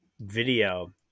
video